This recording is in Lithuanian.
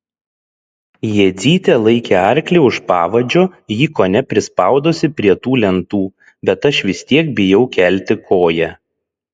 jadzytė laikė arklį už pavadžio jį kone prispaudusi prie tų lentų bet aš vis tiek bijau kelti koją